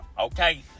okay